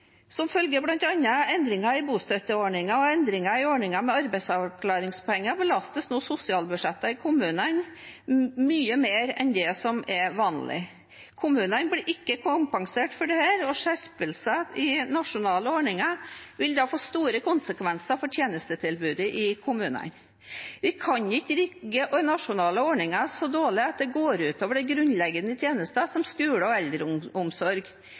Som følge av bl.a. endringer i bostøtteordningen og endringer i ordningen med arbeidsavklaringspenger belastes nå sosialbudsjettet i kommunene mye mer enn det som er vanlig. Kommunene blir ikke kompensert for dette, og skjerpelser i nasjonale ordninger vil få store konsekvenser for tjenestetilbudet i kommunene. Vi kan ikke rigge nasjonale ordninger så dårlig at det går ut over grunnleggende tjenester som skole og eldreomsorg.